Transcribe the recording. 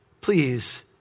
please